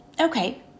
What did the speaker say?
okay